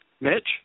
Mitch